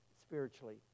spiritually